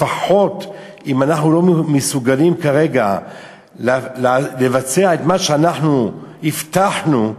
לפחות אם אנחנו לא מסוגלים כרגע לבצע את מה שאנחנו הבטחנו,